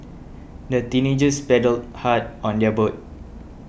the teenagers paddled hard on their boat